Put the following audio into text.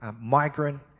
migrant